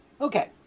Okay